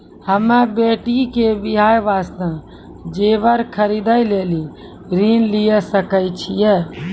हम्मे बेटी के बियाह वास्ते जेबर खरीदे लेली ऋण लिये सकय छियै?